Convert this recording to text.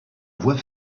voie